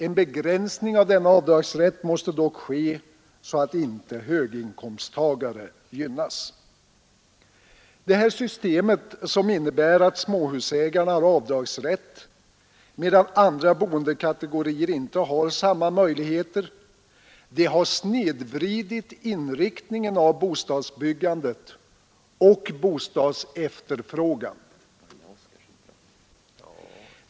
En begränsning av denna avdragsrätt måste dock ske så att inte höginkomsttagare gynnas. Systemet, som innebär att småhusägarna har avdragsrätt medan andra boendekategorier inte har samma möjligheter, har snedvridit inriktningen av bostadsbyggandet och bostadsefterfrågan.